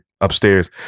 upstairs